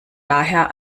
daher